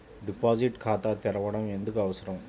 Deposit ఖాతా తెరవడం ఎందుకు అవసరం?